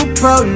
pro